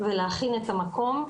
ולהכין את המקום.